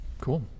cool